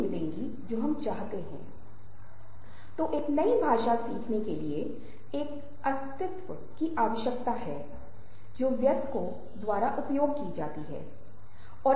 मैं यह कहना चाहूंगा कि कम्युनिकेशन लैटिन शब्द से उत्पन्न हुआ है और इसे "कम्युनिस" कहा जाता है जिसका अर्थ 'बातें आम बनाना है"